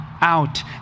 out